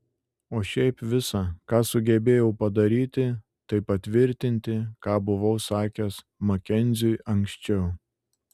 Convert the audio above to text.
o šiaip visa ką sugebėjau padaryti tai patvirtinti ką buvau sakęs makenziui anksčiau